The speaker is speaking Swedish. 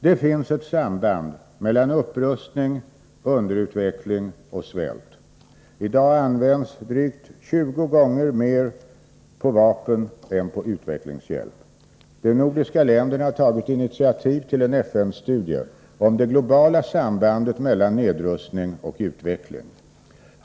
Det finns ett samband mellan upprustning, underutveckling och svält. I dag används drygt 20 gånger mer på vapen än på utvecklingshjälp. De nordiska länderna har tagit initiativ till en FN-studie om det globala sambandet mellan nedrustning och utveckling.